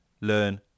learn